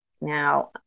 Now